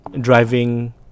driving